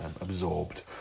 absorbed